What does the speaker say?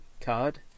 card